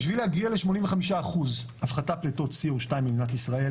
בשביל להגיע ל-85% הפחתת פליטות CO2 במדינת ישראל